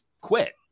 quit